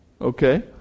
okay